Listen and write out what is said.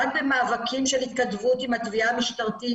רק במאבקים של התכתבות עם התביעה המשטרתית,